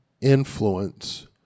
influence